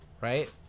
right